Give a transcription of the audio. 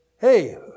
hey